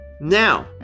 Now